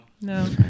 No